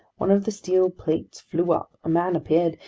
one of the steel plates flew up, a man appeared,